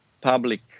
public